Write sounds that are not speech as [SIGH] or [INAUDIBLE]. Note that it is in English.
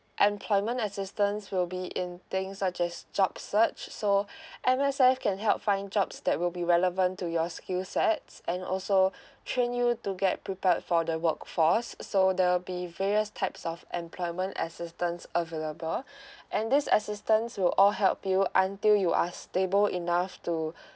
employment assistance will be in things such as job search so [BREATH] M_S_F can help find jobs that will be relevant to your skill sets and also train you to get prepared for the workforce so there'll be various types of employment assistance available [BREATH] and this assistance will all help you until you are stable enough to [BREATH]